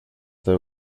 the